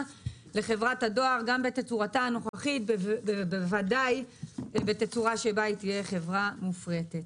לחברת הדואר בתצורתה הנוכחית ובתצורה שבה היא תהיה חברה מופרטת.